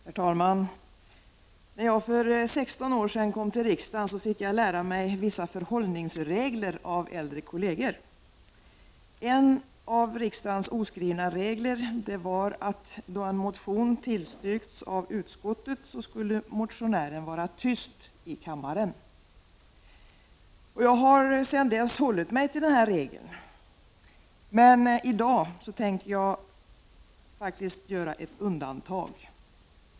Herr talman! När jag för 16 år sedan kom till riksdagen fick jag lära mig vissa förhållningsregler av äldre kolleger. En av riksdagens oskrivna regler var att då en motion tillstyrkts av utskottet skulle motionären vara tyst i kammaren. Jag har sedan dess hållit mig till denna regel. I dag tänker jag emellertid göra ett undantag.